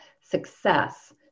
success